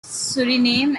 suriname